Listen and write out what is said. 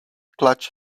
clutch